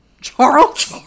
Charles